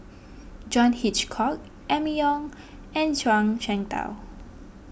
John Hitchcock Emma Yong and Zhuang Shengtao